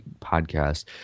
podcast